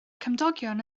cymdogion